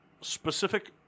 specific